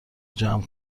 جمع